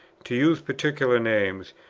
to use particular names,